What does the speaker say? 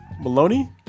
Maloney